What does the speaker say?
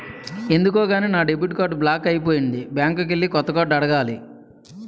ఎందుకో గాని నా డెబిట్ కార్డు బ్లాక్ అయిపోనాది బ్యాంకికెల్లి కొత్త కార్డు అడగాల